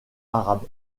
arabe